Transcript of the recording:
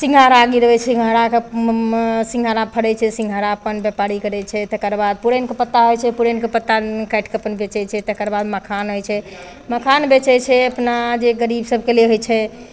सिंघाड़ा गिरबै छै सिंघाड़ाके सिंघाड़ा फरै छै सिंघाड़ा अपन व्यपारी करै छै तकरबाद पुरैनके पत्ता होइ छै पुरैनके पत्ता काटि कऽ अपन बेचै छै तकरबाद मखान होइ छै मखान बेचै छै अपना जे गरीब सबके लिए होइ छै